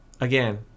Again